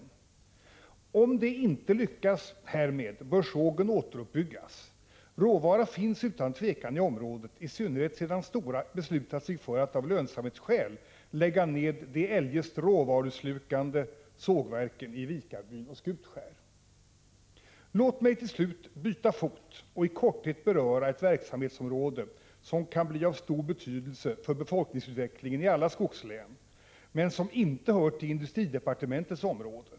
Om de inte lyckas härmed bör sågen återuppbyggas. Råvara finns utan tvivel i området, i synnerhet som Stora beslutat sig för att av lönsamhetsskäl lägga ned de eljest råvaruslukande sågverken i Vikarbyn och Skutskär. Låt mig till slut byta fot och i korthet beröra ett verksamhetsområde som kan ha stor betydelse för befolkningsutvecklingen i alla skogslän men som inte hör till industridepartementets område.